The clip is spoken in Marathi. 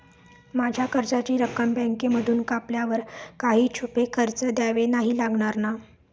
माझ्या कर्जाची रक्कम बँकेमधून कापल्यावर काही छुपे खर्च द्यावे नाही लागणार ना?